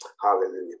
hallelujah